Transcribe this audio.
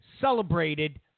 celebrated